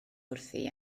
wrthi